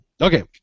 Okay